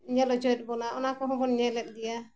ᱧᱮᱞ ᱦᱚᱪᱚᱭᱮᱫ ᱵᱚᱱᱟ ᱚᱱᱟ ᱠᱚᱦᱚᱸ ᱵᱚᱱ ᱧᱮᱞᱮᱫ ᱜᱮᱭᱟ